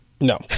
No